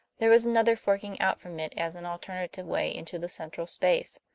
there was another forking out from it as an alternative way into the central space.